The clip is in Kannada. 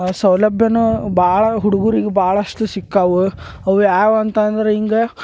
ಸೌಲಭ್ಯವೂ ಭಾಳ ಹುಡ್ಗುರಿಗೆ ಭಾಳಷ್ಟು ಸಿಕ್ಕಾವು ಅವ ಯಾವ ಅಂತಂದ್ರೆ ಹಿಂಗ